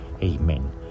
Amen